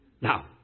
now